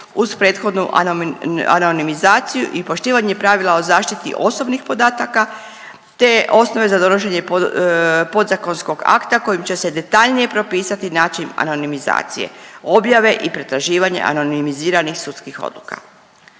uz prethodnu anonimizaciju i poštivanje pravila o zaštiti osobnih podataka te osnove za donošenje podzakonskog akta kojim će se detaljnije propisati način anonimizacije, objave i pretraživanja anonimiziranih sudskih odluka.